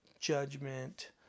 judgment